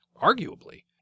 arguably